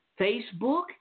Facebook